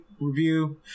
review